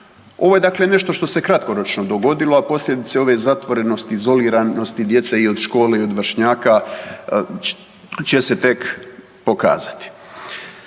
Ovo je dakle nešto što se kratkoročno dogodilo, a posljedice ove zatvorenosti, izoliranosti djece i od škole i od vršnjaka će se tek pokazati.